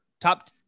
top